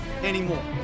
anymore